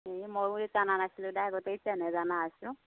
এই ময়ো জানা নাছলোঁ দেই আগতে ইতানে জানা হৈছো